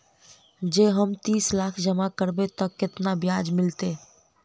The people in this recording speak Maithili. जँ हम तीस लाख जमा करबै तऽ केतना ब्याज मिलतै?